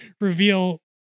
reveal